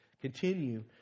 continue